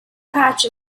patch